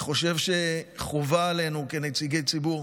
אני חושב שחובה עלינו כנציגי ציבור